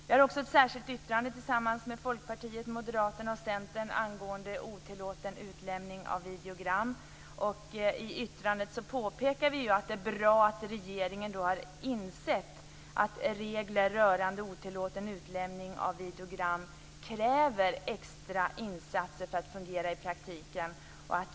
Vi har också ett särskilt yttrande tillsammans med Folkpartiet, Moderaterna och Centern angående otilllåten utlämning av videogram. I yttrandet påpekar vi att det är bra att regeringen har insett att regler rörande otillåten utlämning av videogram kräver extra insatser för att fungera i praktiken.